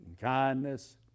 kindness